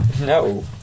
No